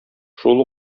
шул